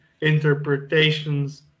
interpretations